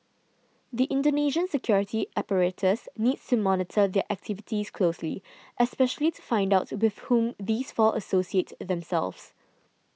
the Indonesian security apparatus needs to monitor their activities closely especially to find out with whom these four associate themselves